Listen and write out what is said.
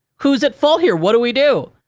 who's at fault here? what do we do?